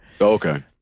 Okay